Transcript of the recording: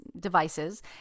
devices